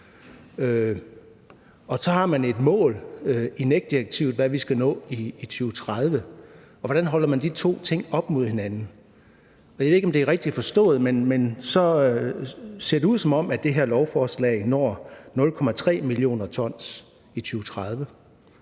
Og så har man et mål i NEC-direktivet om, hvad vi skal nå i 2030. Og hvordan holder man de to ting op mod hinanden? Jeg ved ikke, om det er rigtigt forstået, men det ser ud, som om det her lovforslag så når 0,3 mio. t i 2030,